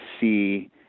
see